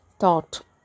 thought